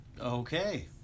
Okay